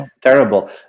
terrible